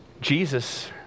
Jesus